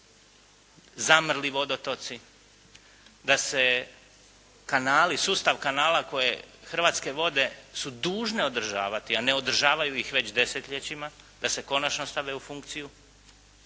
zamrli vodotoci, da se kanali, sustav kanala koje Hrvatske vode su dužne održavati, a ne održavaju ih već desetljećima, da se konačno stave u funkciju.